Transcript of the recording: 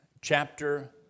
chapter